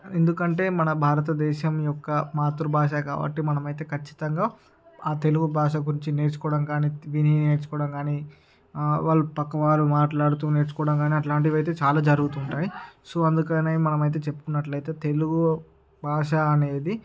ఎందుకంటే మన భారత దేశం యొక్క మాతృ భాష కాబట్టి మనమైతే ఖచ్చితంగా ఆ తెలుగు భాష గురించి నేర్చుకోవడం కాని విని నేర్చోకోవడం గాని వాళ్ళ పక్కవాళ్ళు మాట్లాడుతూ నేర్చుకోవడం కాని అట్లాంటివి అయితే చాలా జరుగుతుంటాయయి సో అందుకని మనమైతే చెప్పుకున్నట్లైతే తెలుగు భాషా అనేది